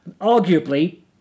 Arguably